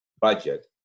budget